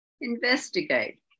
Investigate